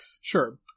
Sure